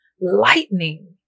lightning